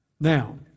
Now